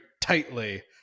tightly